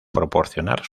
proporcionar